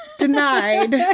Denied